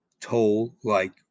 toll-like